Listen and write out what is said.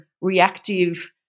reactive